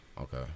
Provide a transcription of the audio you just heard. Okay